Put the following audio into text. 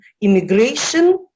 immigration